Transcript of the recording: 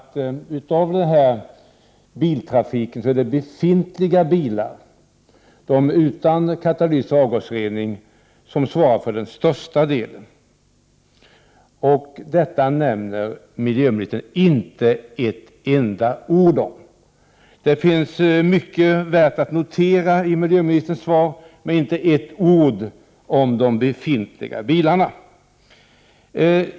När det gäller biltrafiken är det befintliga bilar utan katalytisk avgasrening som svarar för den största delen av föroreningarna. Men om detta säger miljöministern inte ett enda ord. Det finns mycket i miljöministerns svar som är värt att notera. Men, som sagt, där sägs inte ett enda ord om hur det är med befintliga bilar.